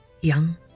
young